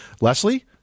Leslie